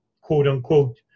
quote-unquote